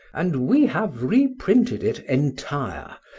and we have reprinted it entire,